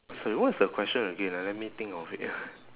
sorry what is the question again ah let me think of it